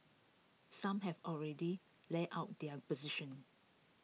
some have already laid out their position